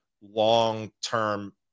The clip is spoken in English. long-term